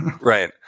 right